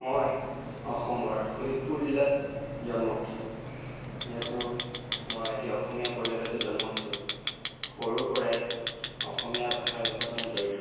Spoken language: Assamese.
মই অসমৰ শোণিতপুৰ জিলাত জন্ম হৈছোঁ যিহেতু মই এতিয়া অসমীয়া পৰিয়ালতে জন্ম হৈছোঁ সৰুৰ পৰাই অসমীয়া ভাষাৰ লগত মই জড়িত